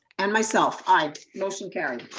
and myself, i, motion carried.